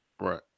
Right